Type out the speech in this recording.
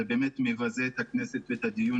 זה באמת מבזה את הכנסת ואת הדיון